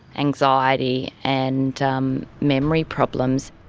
anxiety, and um memory problems.